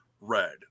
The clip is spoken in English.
Red